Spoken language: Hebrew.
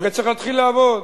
הרי צריך להתחיל לעבוד.